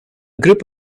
group